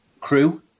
crew